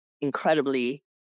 incredibly